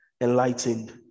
Enlightened